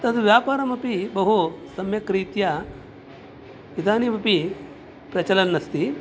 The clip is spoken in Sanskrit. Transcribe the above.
तद्व्यापारमपि बहु सम्यक्रीत्या इदानीमपि प्रचलन् अस्ति